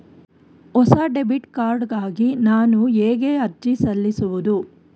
ಹೊಸ debit card ಗಾಗಿ ನಾನು ಹೇಗೆ ಅರ್ಜಿ ಸಲ್ಲಿಸುವುದು?